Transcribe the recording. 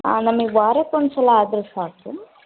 ಹಾಂ ನಮಗೆ ವಾರಕ್ಕೊಂದ್ಸಲ ಆದರೂ ಸಾಕು